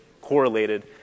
correlated